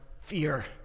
fear